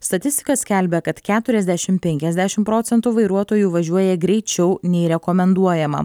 statistika skelbia kad keturiasdešim penkiasdešim procentų vairuotojų važiuoja greičiau nei rekomenduojama